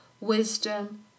wisdom